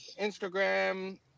Instagram